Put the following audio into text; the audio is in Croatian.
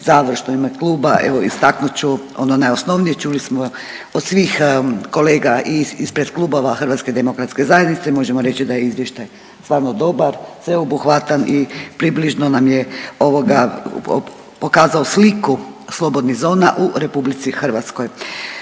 završno u ime kluba evo istaknut ću ono najosnovnije. Čuli smo od svih kolega ispred klubova Hrvatske demokratske zajednice, možemo reći da je izvještaj stvarno dobar, sveobuhvatan i približno nam je pokazao sliku slobodnih zona u Republici Hrvatskoj.